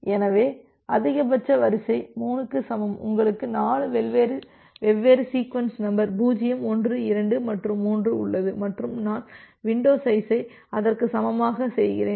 எனவே அதிகபட்ச வரிசை 3 க்கு சமம் உங்களுக்கு 4 வெவ்வேறு சீக்வென்ஸ் நம்பர் 0 1 2 மற்றும் 3 உள்ளது மற்றும் நான் வின்டோ சைஸை அதற்கு சமமாக செய்கிறேன்